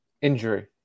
injury